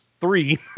three